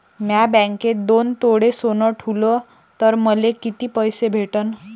म्या बँकेत दोन तोळे सोनं ठुलं तर मले किती पैसे भेटन